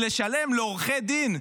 בשביל לשלם לעורכי דין,